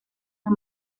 las